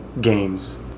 games